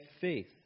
faith